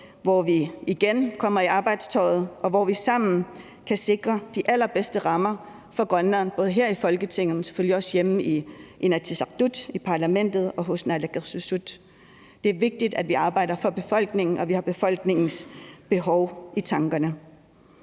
hvor vi igen kommer i arbejdstøjet, og hvor vi sammen kan sikre de allerbedste rammer for Grønland – både her i Folketinget, men selvfølgelig også hjemme i Inatsisartut, parlamentet, og i naalakkersuisut. Det er vigtigt, at vi arbejder for befolkningen, og at vi har befolkningens behov i tankerne.